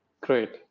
great